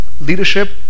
Leadership